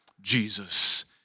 Jesus